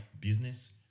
business